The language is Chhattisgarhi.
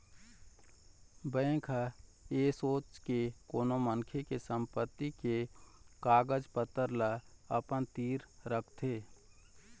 बेंक ह ऐ सोच के कोनो मनखे के संपत्ति के कागज पतर ल अपन तीर रखथे